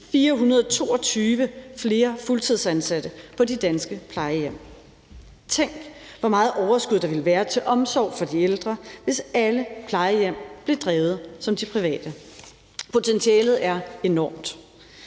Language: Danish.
1.422 flere fuldtidsansatte på de danske plejehjem. Tænk, hvor meget overskud der ville være til omsorg for de ældre, hvis alle plejehjem blev drevet som de private. Potentialet er enormt.